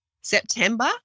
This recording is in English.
September